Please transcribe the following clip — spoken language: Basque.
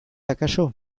akaso